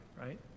right